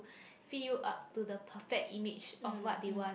fit you up to the perfect image of what they want